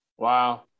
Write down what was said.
Wow